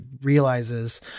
realizes